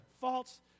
false